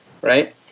right